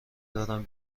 دارم